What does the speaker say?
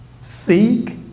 seek